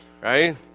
right